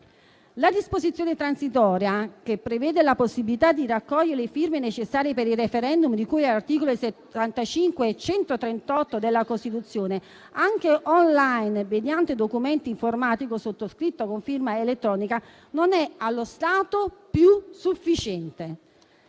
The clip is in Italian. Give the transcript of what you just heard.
La disposizione transitoria che prevede la possibilità di raccogliere le firme necessarie per i *referendum* di cui agli articoli 75 e 138 della Costituzione anche *online*, mediante documento informatico sottoscritto con firma elettronica, non è, allo stato, più sufficiente.